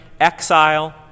exile